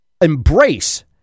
embrace